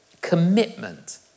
commitment